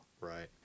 Right